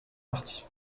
partie